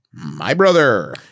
MYBROTHER